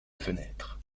fenêtre